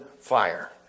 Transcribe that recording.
fire